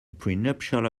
prenuptial